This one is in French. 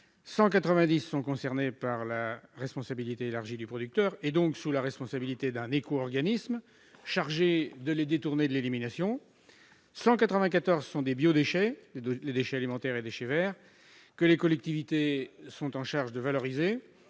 190 sont concernés par la responsabilité élargie du producteur et, donc, sous la responsabilité d'un éco-organisme chargé de les détourner de l'élimination ; 194 kilogrammes sont des biodéchets- déchets alimentaires et déchets verts -que les collectivités sont en charge de valoriser